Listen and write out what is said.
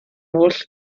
oll